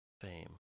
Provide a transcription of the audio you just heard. Fame